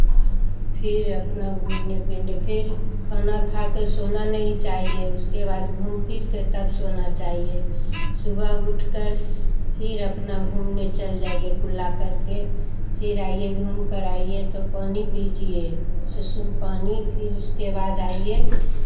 फिर अपना घूमने फिरने फिर खाना खाके सोना नहीं चाहिये उसके बाद घूम फिर के तब सोना चाहिये सुबह उठकर फिर अपना घूमने चल जाइये कुल्ला करके फिर आइये घूमकर आइये तो पानी पीजिये सुसुम पानी फिर उसके बाद आइये